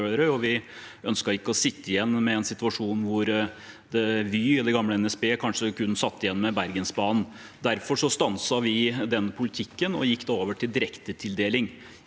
vi ønsket ikke å sitte igjen med en situasjon hvor Vy, eller gamle NSB, kanskje kun satt igjen med Bergensbanen. Derfor stanset vi den politikken og gikk over til direktetildeling.